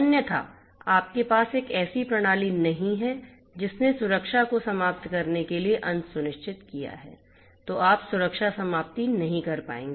अन्यथा यदि आपके पास एक ऐसी प्रणाली नहीं है जिसने सुरक्षा को समाप्त करने के लिए अंत सुनिश्चित किया है तो आप सुरक्षा समाप्ति नहीं कर पाएंगे